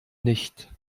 nicht